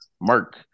Mark